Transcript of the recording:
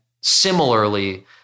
similarly